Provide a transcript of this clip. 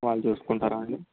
వాళ్ళు చూసుకుంటారా అండి